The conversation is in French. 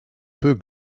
peu